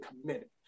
committed